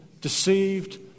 deceived